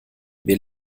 wir